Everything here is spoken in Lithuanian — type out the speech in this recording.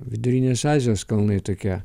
vidurinės azijos kalnai tokie